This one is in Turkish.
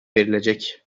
verilecek